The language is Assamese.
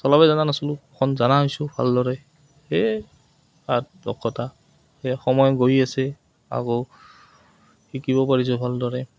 চলাব জানা নাছিলোঁ এখন জানা হৈছোঁ ভালদৰে সেই আৰ দক্ষতা সেই সময় গৈ আছে আকৌ শিকিব পাৰিছোঁ ভালদৰে